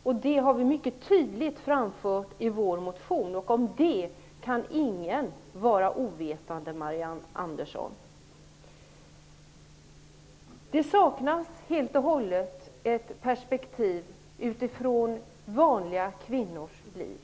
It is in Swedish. Vi har framfört detta mycket tydligt i vår motion, så om det kan ingen vara ovetande, Marianne Andersson. I propositionen saknas helt och hållet ett perspektiv utifrån vanliga kvinnors liv.